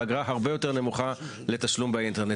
ואגרה הרבה יותר נמוכה לתשלום באינטרנט.